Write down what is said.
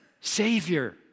Savior